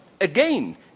again